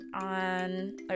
on